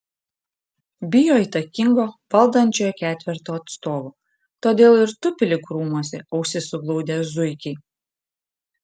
bijo įtakingo valdančiojo ketverto atstovo todėl ir tupi lyg krūmuose ausis suglaudę zuikiai